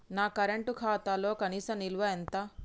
నా కరెంట్ ఖాతాలో కనీస నిల్వ ఎంత?